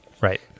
Right